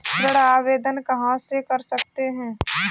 ऋण आवेदन कहां से कर सकते हैं?